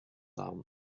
ann